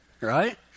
right